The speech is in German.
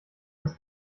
das